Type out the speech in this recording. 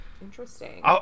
Interesting